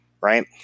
right